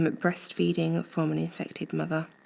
um breastfeeding of formerly infected mother.